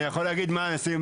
אני יכול להגיד מה עשינו.